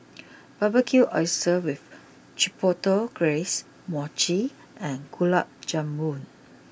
Barbecued Oysters with Chipotle Glaze Mochi and Gulab Jamun